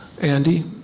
Andy